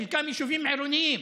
חלקם יישובים עירוניים?